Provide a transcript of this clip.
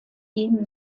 ihm